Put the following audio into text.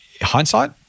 Hindsight